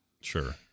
Sure